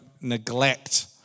neglect